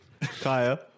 Kaya